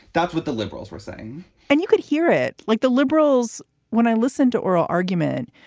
that's what the liberals were saying and you could hear it like the liberals when i listened to oral argument.